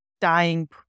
dying